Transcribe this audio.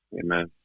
Amen